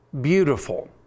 beautiful